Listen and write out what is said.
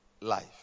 life